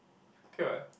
okay [what]